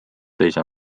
teiste